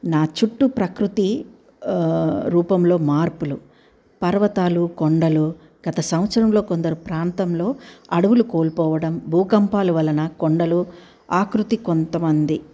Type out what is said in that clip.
నా చుట్టూ ప్రకృతి రూపంలో మార్పులు పర్వతాలు కొండలు గత సంవత్సరంలో కొందరి ప్రాంతంలో అడవులు కోల్పోవడం భూకంపాలు వలన కొండలు ఆకృతి కొంతమంది